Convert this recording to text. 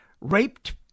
raped